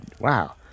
Wow